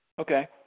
Okay